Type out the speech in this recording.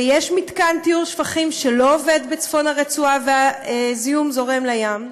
ויש מתקן טיהור שפכים שלא עובד בצפון הרצועה והזיהום זורם לים,